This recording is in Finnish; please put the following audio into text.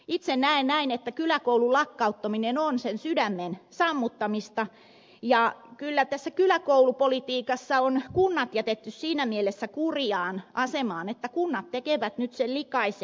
itse näen näin että kyläkoulun lakkauttaminen on sen sydämen sammuttamista ja kyllä tässä kyläkoulupolitiikassa on kunnat jätetty siinä mielessä kurjaan asemaan että kunnat tekevät nyt sen likaisen työn